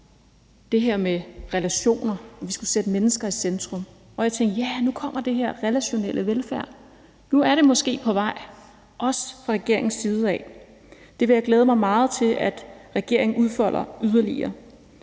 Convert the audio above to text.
det her med relationer, og at vi skulle sætte mennesker i centrum, og jeg tænkte: Ja, nu kommer den her relationelle velfærd, nu er det måske på vej, også fra regeringens side. Jeg vil glæde mig meget til, at regeringen udfolder det yderligere.